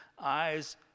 eyes